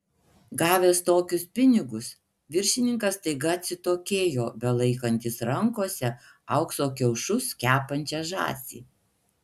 gavęs tokius pinigus viršininkas staiga atsitokėjo belaikantis rankose aukso kiaušus kepančią žąsį